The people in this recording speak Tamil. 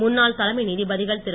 முன்னாள் தலைமை நீதிபதிகள் திரு